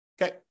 Okay